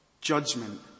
judgment